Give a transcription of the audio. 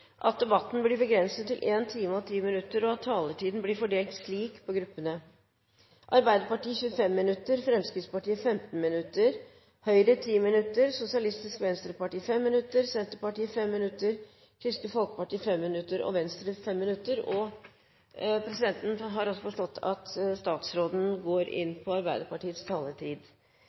at debatten blir begrenset til 1 time og 10 minutter, og at taletiden blir fordelt slik på gruppene: Arbeiderpartiet 25 minutter, Fremskrittspartiet 15 minutter, Høyre 10 minutter, Sosialistisk Venstreparti 5 minutter, Senterpartiet 5 minutter, Kristelig Folkeparti 5 minutter og Venstre 5 minutter. Presidenten har forstått at statsråden går inn på Arbeiderpartiets taletid.